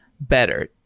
better